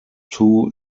two